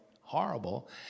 horrible